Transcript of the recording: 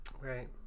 Right